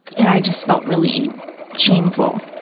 and i just felt really shameful.